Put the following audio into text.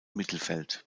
mittelfeld